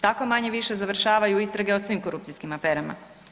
Tako manje-više završavaju istrage o svim korupcijskim aferama.